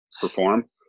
perform